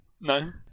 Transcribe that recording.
No